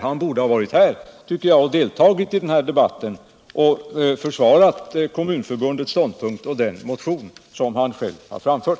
Han borde ha varit här och deltagit i denna debatt och försvarat Kommunförbundets ståndpunkt och den motion han själv väckt.